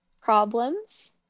problems